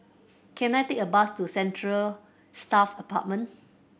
can I take a bus to Central Staff Apartment